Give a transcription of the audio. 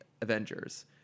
Avengers